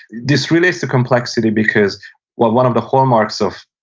this relates to complexity because while one of the hallmarks of,